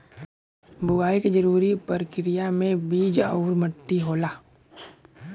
बुवाई के जरूरी परकिरिया में बीज आउर मट्टी होला